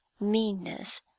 meanness